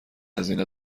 هزینه